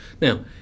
now